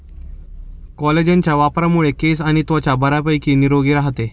कोलेजनच्या वापरामुळे केस आणि त्वचा बऱ्यापैकी निरोगी राहते